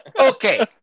Okay